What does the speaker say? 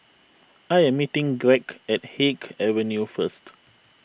I am meeting Gregg at Haig Avenue first